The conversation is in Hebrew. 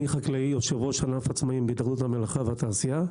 אני חקלאי ויו"ר ענף עצמאים בהתאחדות המלאכה והתעשייה.